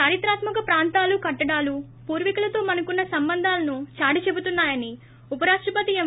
దారిత్రాత్మక ప్రాంతాలు కట్లడాలు పూర్వీకులతో మనకున్న సంబంధాలను దాటిచెబుతున్నాయని ఉపరాష్టపతి ఎం